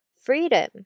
Freedom